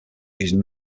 using